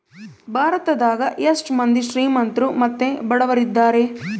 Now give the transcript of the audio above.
ಭಾರತದಗ ಎಷ್ಟ ಮಂದಿ ಶ್ರೀಮಂತ್ರು ಮತ್ತೆ ಬಡವರಿದ್ದಾರೆ?